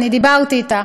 אני דיברתי אתה,